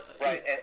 right